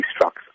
trucks